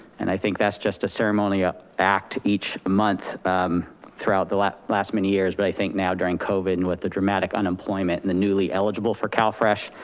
and i think that's just a ceremonial act each month throughout the last last many years, but i think now during covid, and with the dramatic unemployment and the newly eligible for calfresh,